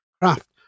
craft